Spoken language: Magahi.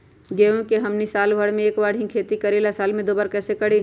गेंहू के हमनी साल भर मे एक बार ही खेती करीला साल में दो बार कैसे करी?